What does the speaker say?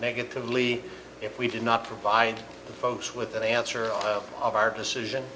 negatively if we did not provide the folks with the answer all of our decision